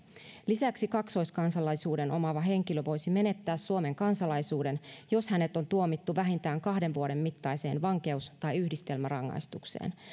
lisäksi kaksoiskansalaisuuden omaava henkilö voisi menettää suomen kansalaisuuden jos hänet on tuomittu vähintään kahden vuoden mittaiseen vankeus tai yhdistelmärangaistukseen